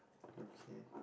okay